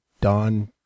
Don